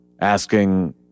asking